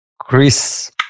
Chris